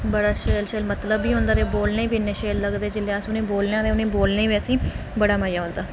बड़ा शैल शैल मतलब बी होंदा ऐ ते बोलनें गी इनें शैल लगदे जिल्ले अस उनेंगी बोलनेआं ते बोलनें गी बी बड़ा मजा औंदा